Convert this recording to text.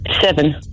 Seven